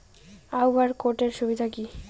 QR code এর সুবিধা কি?